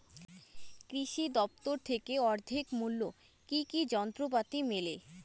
কৃষি দফতর থেকে অর্ধেক মূল্য কি কি যন্ত্রপাতি মেলে?